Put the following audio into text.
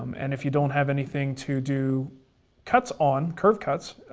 um and if you don't have anything to do cuts on, curve cuts,